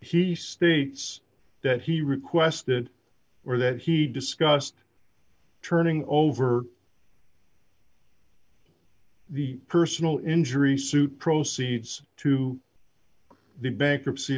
case he states that he requested or that he discussed turning over the personal injury suit proceeds to the bankruptcy